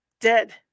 Dead